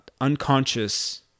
unconscious